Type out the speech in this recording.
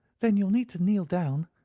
then you'll need to kneel down,